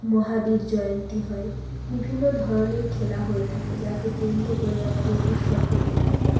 মহাবীর জয়ন্তী হয় বিভিন্ন ধরনের খেলা হয়ে থাকে যাকে কেন্দ্র করে আমাদের উৎসব হতেই থাকে